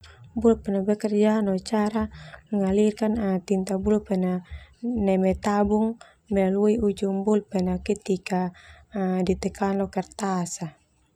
Bulpoint bekerja no cara mengalirkan tinta bulpoint neme tabung melalui ujung bulpoint ketika ditekan lo kertas.